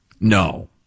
No